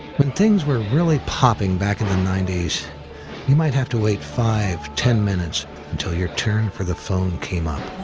when things were really popping back in the nineties you might have to wait five, ten minutes until your turn for the phone came up.